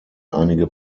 einige